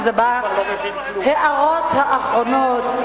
כי זה בהערות האחרונות.